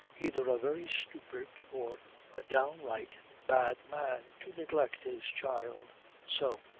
either a very stupid or a downright bad man, to neglect his child so.